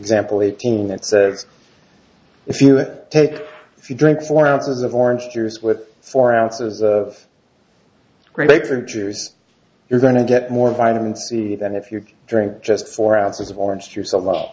example a tool that if you take if you drink four ounces of orange juice with four ounces of grapefruit juice you're going to get more vitamin c then if you drink just four hours of orange juice a lot